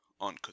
on